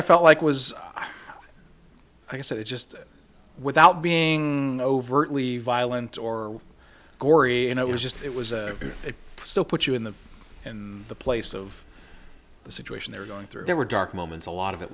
i felt like was i said it just without being overtly violent or gory and it was just it was it so put you in the in the place of the situation they were going through there were dark moments a lot of it